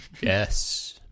Yes